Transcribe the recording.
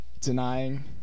Denying